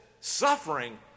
suffering